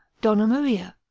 donna maria,